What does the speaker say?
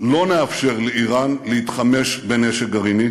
לא נאפשר לאיראן להתחמש בנשק גרעיני